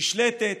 נשלטת,